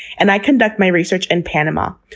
and i conduct my research in panama.